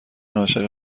عاشق